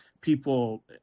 people